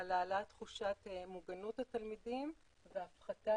- על העלאת תחושת מוגנות התלמידים והפחתת